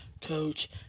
coach